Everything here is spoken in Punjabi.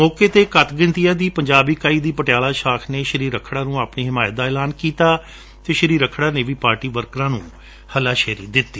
ਮੌਕੇ ਤੇ ਘੱਟ ਗਿਣਤੀਆ ਦੀ ਪੰਜਾਬ ਇਕਾਈ ਦੀ ਪਟਿਆਲਾ ਸ਼ਾਖ ਨੇ ਸੀ ਰੱਖੜਾ ਨੂੰ ਆਪਣੀ ਹਿਮਾਇਤ ਦਾ ਐਲਾਨ ਕੀਤਾ ਅਤੇ ਸ੍ਰੀ ਰੱਖੜਾ ਨੇ ਵੀ ਪਾਰਟੀ ਵਰਕਰਾਂ ਨੂੰ ਹੱਸਾ ਸ਼ੇਰੀ ਦਿੱਤੀ